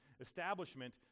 establishment